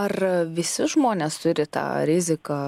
ar visi žmonės turi tą riziką